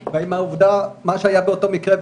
מה שהיה באותו מקרה,